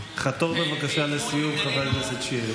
חתור לסיום, בבקשה, חבר הכנסת שירי.